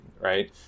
right